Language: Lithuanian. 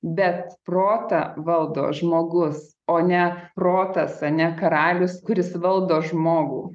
bet protą valdo žmogus o ne protas ar ne karalius kuris valdo žmogų